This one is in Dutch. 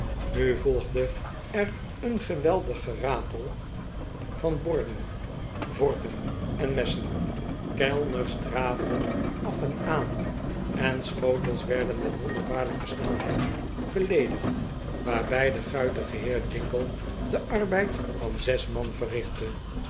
nu volgde er een geweldig geratel van borden vorken en messen kellners draafden af en aan en schotels werden met wonderbaarlijke snelheid geledigd waarbij de guitige heer jingle den arbeid van zes man verrichtte